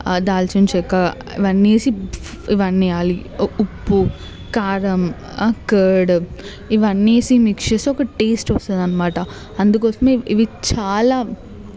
దాల్చిన్ చెక్క ఇవన్నీ వేసి ఇవన్నీ వేయాలి ఉప్పు కారం కర్డ్ ఇవన్నీ వేసి మిక్స్ చేస్తే ఒక టెస్ట్ వస్తుంది అన్నమాట అందుకోసం ఇది చాలా